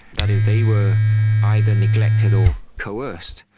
that if they were either neglected or coerced,